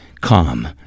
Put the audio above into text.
calm